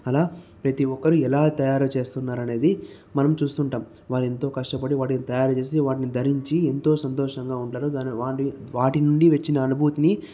అలా ప్రతీ ఒక్కరు ఎలా తయారు చేస్తున్నారు అనేది మనం చూస్తుంటాం వారు ఎంతో కష్టపడి వాటిని తయారుజేసి వాటిని ధరించి ఎంతో సంతోషంగా ఉంటారు దాని వాటి వాటి నుండి వచ్చిన అనుభూతిని